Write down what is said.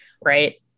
right